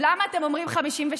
למה אתם אומרים 53?